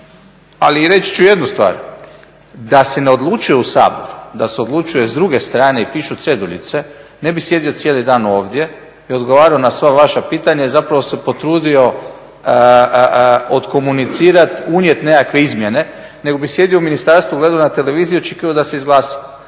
Ali reći ću jednu stvar, da se ne odlučuje u Saboru, da se odlučuje s druge strane i pišu ceduljice ne bi sjedio cijeli dan ovdje i odgovarao na sva vaša pitanja i zapravo se potrudio otkomunicirati, unijeti nekakve izmjene, nego bih sjedio u ministarstvu, gledao na televiziju, čekao da se izglasa.